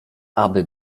aby